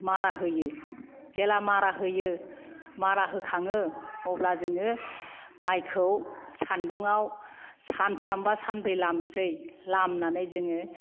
मारा होयो जेला मारा होयो मारा होखाङो अब्ला जोङो माइखौ सानदुंआव सानथाम बा सानब्रै लामसै लामनानै जोङो